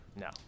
no